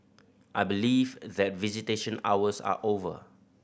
I believe that visitation hours are over